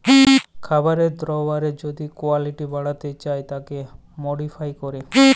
খাবার দাবারের যদি কুয়ালিটি বাড়াতে চায় তাকে মডিফাই ক্যরে